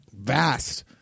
vast